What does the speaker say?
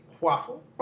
waffle